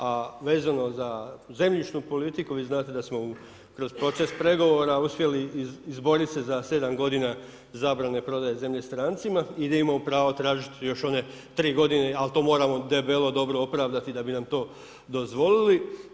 A vezano za zemljišnu politiku vi znate da smo kroz proces pregovora uspjeli izborit se za sedam godina zabrane prodaje zemlje strancima i da imamo pravo tražiti još one tri godine, ali to moramo debelo dobro opravdati da bi nam to dozvolili.